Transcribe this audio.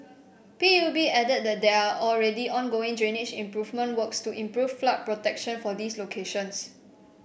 P U B added that there are already ongoing drainage improvement works to improve flood protection for these locations